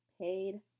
paid